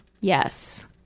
Yes